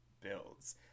builds